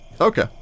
Okay